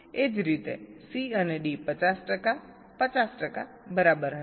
એ જ રીતે C અને D 50 ટકા 50 ટકા બરાબર હશે